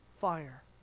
fire